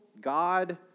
God